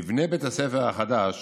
מבנה בית הספר החדש